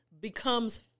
becomes